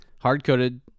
hard-coded